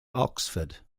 oxford